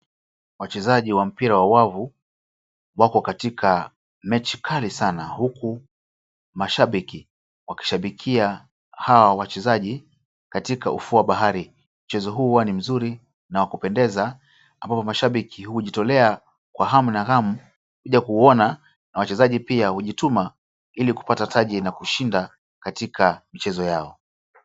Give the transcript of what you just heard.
Wachezaji wa mpira wa wavu wapo katikati mechi kali sana huku mashabiki wakishabikia hao wachezaji katika ufuo wa bahari. Mchezo huu huwa ni mzuri na wakupendeza ambapo mashabiki hujitolea kwa hamu na ghamu kuja kuuona na wachezaji pia hujituma ili kupata taji na kushinda katikati michezo yao.